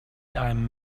i’m